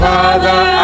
Father